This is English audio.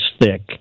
thick